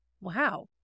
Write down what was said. Wow